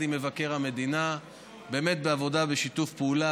עם מבקר המדינה באמת בעבודה ובשיתוף פעולה,